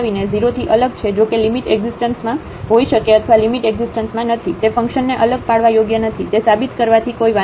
0 થી અલગ છે જોકે લિમિટ એકઝીસ્ટન્સમાં હોઈ શકે અથવા લિમિટ એકઝીસ્ટન્સમાં નથી તે ફંક્શનને અલગ પાડવા યોગ્ય નથી તે સાબિત કરવાથી કોઈ વાંધો નથી